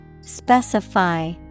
Specify